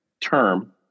term